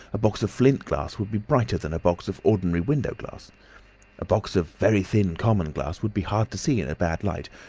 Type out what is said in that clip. a box of flint glass would be brighter than a box of ordinary window glass. a box of very thin common glass would be hard to see in a bad light,